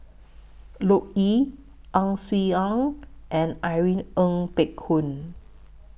Loke Yew Ang Swee Aun and Irene Ng Phek Hoong